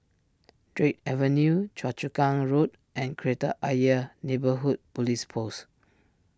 Drake Avenue Choa Chu Kang Road and Kreta Ayer Neighbourhood Police Post